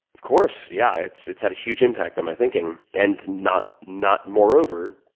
of course, yeah, it's it's had a huge impact on my thinking, and not not moreover,